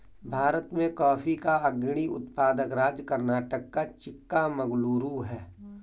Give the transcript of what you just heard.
भारत में कॉफी का अग्रणी उत्पादक राज्य कर्नाटक का चिक्कामगलूरू है